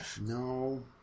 No